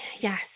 yes